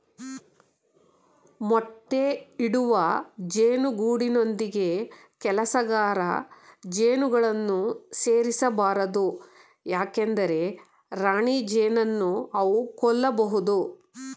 ಮೊಟ್ಟೆ ಇಡುವ ಜೇನು ಗೂಡಿನೊಂದಿಗೆ ಕೆಲಸಗಾರ ಜೇನುಗಳನ್ನು ಸೇರಿಸ ಬಾರದು ಏಕೆಂದರೆ ರಾಣಿಜೇನನ್ನು ಅವು ಕೊಲ್ಲಬೋದು